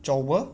ꯆꯥꯎꯕ